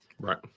Right